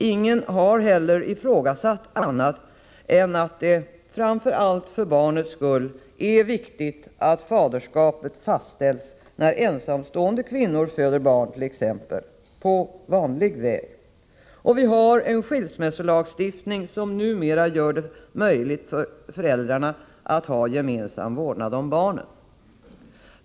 Ingen har heller ifrågasatt att det, framför allt för barnets skull, är viktigt att faderskapet fastställs t.ex. när ensamstående kvinnor på vanlig väg föder barn. Och vi har en skilsmässolagstiftning som numera gör det möjligt för föräldrarna att ha gemensam vårdnad om barnen.